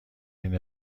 این